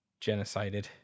genocided